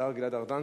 השר גלעד ארדן,